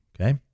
okay